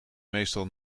meestal